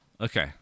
Okay